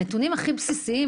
הנתונים הכי בסיסיים,